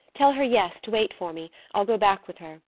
tell her yes to wait for me. i'll go back with her.